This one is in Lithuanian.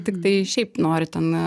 tiktai šiaip nori ten